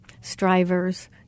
strivers